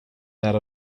that